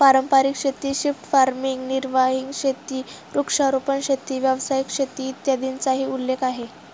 पारंपारिक शेती, shift farming, निर्वाह शेती, वृक्षारोपण शेती, व्यावसायिक शेती, इत्यादींचाही उल्लेख आहे